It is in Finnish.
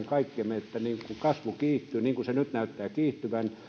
kaikkemme että kasvu kiihtyy niin kuin se nyt näyttää kiihtyvän